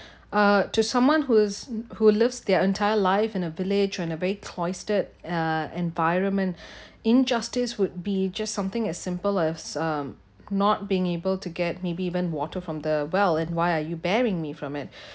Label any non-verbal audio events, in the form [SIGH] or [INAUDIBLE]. uh to someone who's who loves their entire life in a village or in a very cloistered uh environment [BREATH] injustice would be just something as simple as um not being able to get maybe even water from the well and why are you bearing me from it